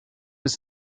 ist